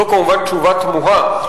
זו כמובן תשובה תמוהה.